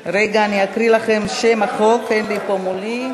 רגע, אני אקריא לכם את שם החוק, אין לי פה מולי: